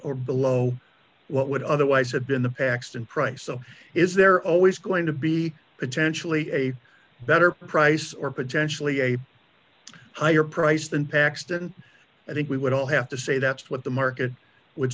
or below what would otherwise have been the paxton price so is there always going to be potentially a better price or potentially a higher price than paxton i think we would all have to say that's what the market would